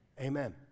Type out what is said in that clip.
Amen